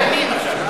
מאוימים עכשיו.